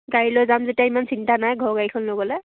গাড়ী লৈ যাম যেতিয়া ইমান চিন্তা নাই ঘৰৰ গাড়ী লৈ গ'লে